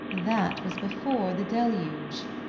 that was before the deluge.